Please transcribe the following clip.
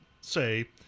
say